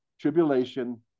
tribulation –